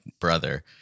brother